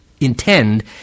intend